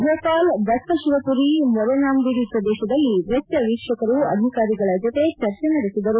ಭೂಪಾಲ್ ದತ್ತಶಿವಪುರಿ ಮೊರೆನಾಬಿಂಡಿ ಪ್ರದೇಶದಲ್ಲಿ ವೆಚ್ಚ ವೀಕ್ಷಕರು ಅಧಿಕಾರಿಗಳ ಜತೆ ಚರ್ಚೆ ನಡೆಸಿದರು